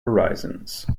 horizons